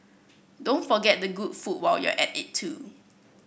don't forget the good food while you're at it too